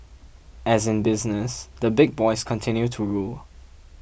as in business the big boys continue to rule